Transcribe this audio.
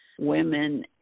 women